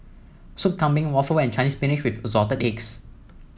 Soup Kambing Waffle and Chinese Spinach with Assorted Eggs